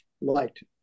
liked